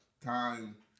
time